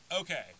Okay